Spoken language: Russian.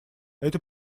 это